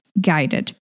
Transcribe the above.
guided